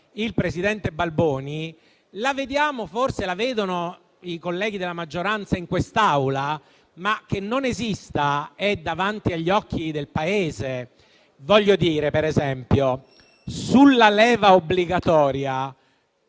il presidente Balboni forse la vedono i colleghi della maggioranza in quest'Aula; ma il fatto che non esista è davanti agli occhi del Paese. Per esempio, sulla leva obbligatoria